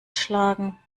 schlagen